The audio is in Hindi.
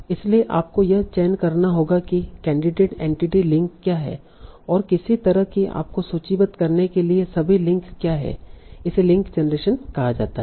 इसलिए आपको यह चयन करना होगा कि कैंडिडेट एंटिटी लिंक क्या हैं और किसी भी तरह आपको सूचीबद्ध करने के लिए सभी लिंक क्या हैं इसे लिंक जनरेशन कहा जाता है